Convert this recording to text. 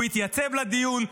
הוא יתייצב לדיון.